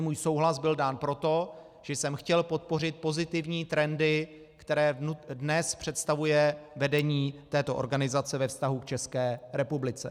Můj souhlas byl dán, protože jsem chtěl podpořit pozitivní trendy, které dnes představuje vedení této organizace ve vztahu k České republice.